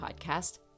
podcast